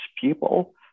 people